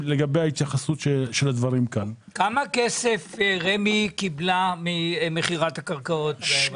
כמה כסף רמ"י קיבלה ממכירת הקרקעות?